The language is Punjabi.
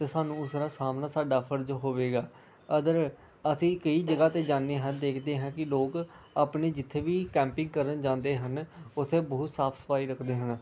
ਅਤੇ ਸਾਨੂੰ ਉਸ ਦਾ ਸਾਹਮਣਾ ਸਾਡਾ ਫਰਜ ਹੋਵੇਗਾ ਅਦਰ ਅਸੀਂ ਕਈ ਜਗ੍ਹਾ 'ਤੇ ਜਾਂਦੇ ਹਾਂ ਦੇਖਦੇ ਹਾਂ ਕਿ ਲੋਕ ਆਪਣੇ ਜਿੱਥੇ ਵੀ ਕੈਮਪਿੰਗ ਕਰਨ ਜਾਂਦੇ ਹਨ ਉੱਥੇ ਬਹੁਤ ਸਾਫ਼ ਸਫਾਈ ਰੱਖਦੇ ਹਨ